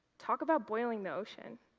talk about boiling the ocean.